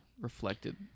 reflected